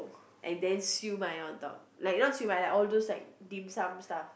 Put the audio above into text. and then siew mai on top like not siew mai all those like dim sum stuff